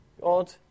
God